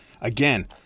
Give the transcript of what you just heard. again